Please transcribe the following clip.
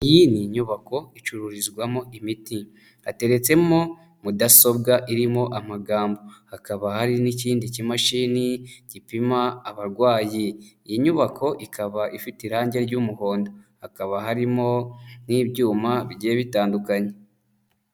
Iyi ni nyubako icururizwamo imiti hateretsemo mudasobwa irimo amagambo, hakaba hari n'ikindi kimashini gipima abarwayi. Iyi nyubako ikaba ifite irangi ry'umuhondo hakaba harimo n'ibyuma bigiye bitandukanye.